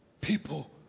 people